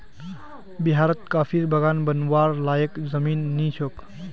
बिहारत कॉफीर बागान बनव्वार लयैक जमीन नइ छोक